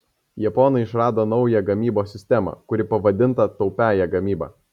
japonai išrado naują gamybos sistemą kuri pavadinta taupiąja gamyba